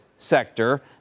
sector